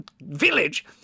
village